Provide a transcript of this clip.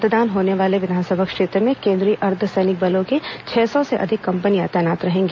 मतदान होने वाले विधानसभा क्षेत्रों में कोन्द्रीय अर्द्वसैनिक बलों की छह सौ से अधिक कंपनिया तैनात रहेगी